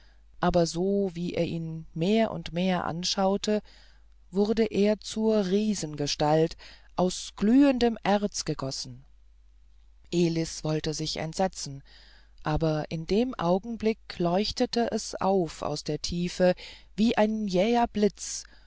aber sowie er ihn mehr und mehr anschaute wurde er zur riesengestalt aus glühendem erz gegossen elis wollte sich entsetzen aber in dem augenblick leuchtete es auf aus der tiefe wie ein jäher blitz